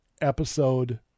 episode